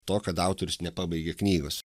to kad autorius nepabaigė knygos